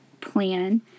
plan